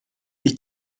ich